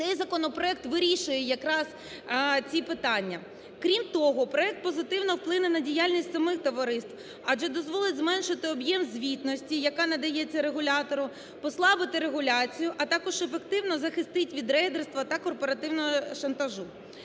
цей законопроект вирішує якраз ці питання. Крім того, проект позитивно вплине на діяльність самих товариств, адже дозволить зменшити об'єм звітності, яка надається регулятору, послабити регуляцію, а також ефективно захистить від рейдерства та корпоративного шантажу.